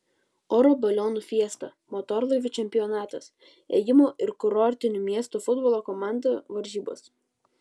oro balionų fiesta motorlaivių čempionatas ėjimo ir kurortinių miestų futbolo komandų varžybos